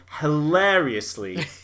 hilariously